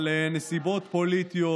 אבל נסיבות פוליטיות,